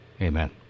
Amen